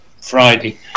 friday